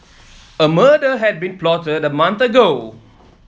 a murder had been plotted a month ago